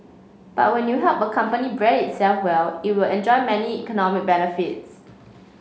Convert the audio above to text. but when you help a company brand itself well it will enjoy many economic benefits